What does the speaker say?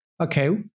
Okay